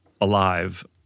alive